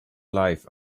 life